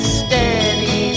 steady